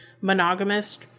monogamous